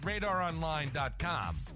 RadarOnline.com